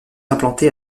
implanté